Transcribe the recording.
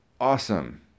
awesome